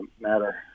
Matter